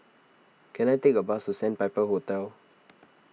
can I take a bus to Sandpiper Hotel